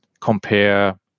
compare